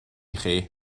chi